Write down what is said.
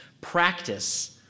practice